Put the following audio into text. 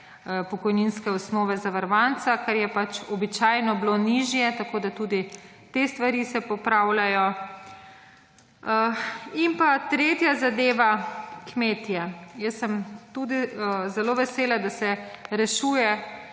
pokojninske osnove zavarovanca, kar je pač običajno bilo nižje, tako da tudi te stvari se popravljajo. In pa tretja zadeva – kmetje. Jaz sem tudi zelo vesela, da se rešuje